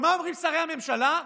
מה אומרים שרי הממשלה?